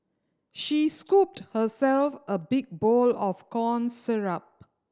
she scooped herself a big bowl of corn